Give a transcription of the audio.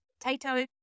potato